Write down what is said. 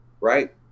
right